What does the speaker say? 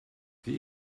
the